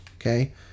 okay